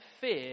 fear